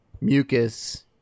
mucus